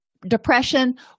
Depression